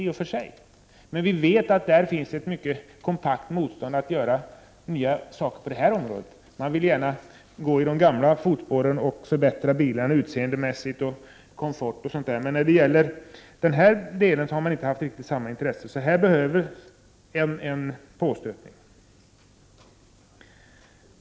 Vi vet emellertid att det bland tillverkarna finns ett mycket kompakt motstånd mot att göra nya saker på detta område. Biltillverkarna vill gärna gå i de gamla fotspåren och i stället förbättra bilarna när det gäller utseende och komfort. På det här området har man inte haft riktigt samma intresse, så det behövs en påstötning.